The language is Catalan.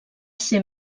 ser